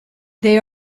they